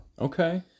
okay